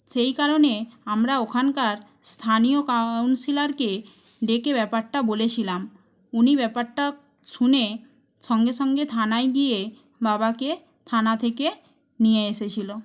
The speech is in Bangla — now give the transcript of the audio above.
সেই কারণে আমরা ওখানকার স্থানীয় কাউন্সিলরকে ডেকে ব্যাপারটা বলেছিলাম উনি ব্যাপারটা শুনে সঙ্গে সঙ্গে থানায় গিয়ে বাবাকে থানা থেকে নিয়ে এসেছিল